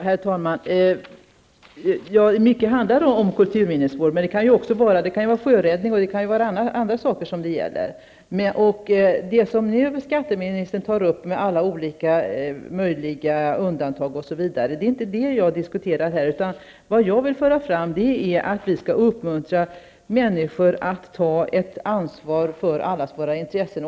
Herr talman! Ja, mycket handlar om kulturminnesvård. Men det kan också gälla sjöräddning eller andra saker. Skatteministern räknar nu upp alla möjliga undantag. Men jag diskuterar inte dem. Jag vill föra fram att vi skall uppmuntra människor att ta ett ansvar för allas våra intressen.